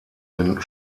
den